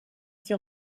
qui